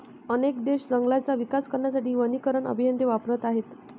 अनेक देश जंगलांचा विकास करण्यासाठी वनीकरण अभियंते वापरत आहेत